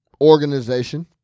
organization